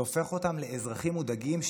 זה הופך אותם לאזרחים מודאגים.